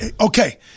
okay